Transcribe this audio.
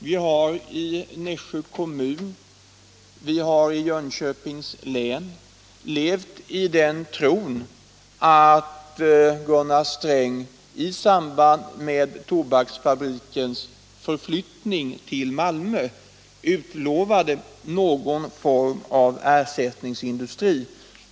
Vi har i Nässjö kommun och i Jönköpings län levt i den tron att Gunnar Sträng i samband med Tobaksbolagets förflyttning till Malmö utlovade någon form av ersättningsindustri.